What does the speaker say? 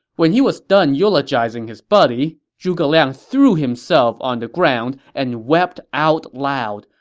when he was done eulogizing his buddy, zhuge liang threw himself on the ground and wept out loud.